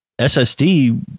SSD